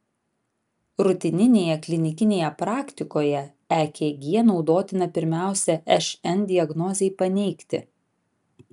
rutininėje klinikinėje praktikoje ekg naudotina pirmiausia šn diagnozei paneigti